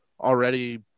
already